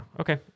okay